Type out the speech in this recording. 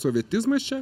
sovietizmas čia